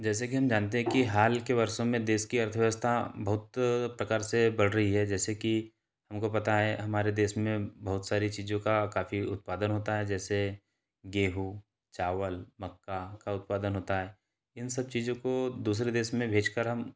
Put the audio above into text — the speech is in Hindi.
जैसे कि हम जानते हैं कि हाल के वर्षों में देश की अर्थव्यवस्था बहुत प्रकार से बढ़ रही है जैसे कि हमको पता है हमारे देश में बहुत सारी चीज़ों का काफ़ी उत्पादन होता है जैसे गेहूँ चावल मक्का का उत्पादन होता है इन सब चीज़ों को दूसरे देश में भेज कर हम